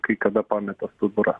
kai kada pameta stuburą